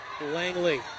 Langley